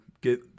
get